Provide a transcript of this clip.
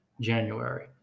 January